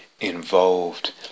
involved